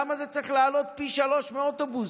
למה זה צריך לעלות פי שלושה מאוטובוס?